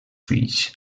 fills